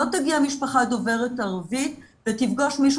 לא תגיע משפחה דוברת ערבית ותפגוש מישהו